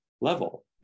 level